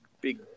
Big